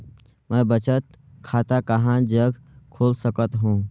मैं बचत खाता कहां जग खोल सकत हों?